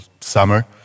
summer